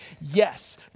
yes